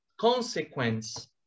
consequence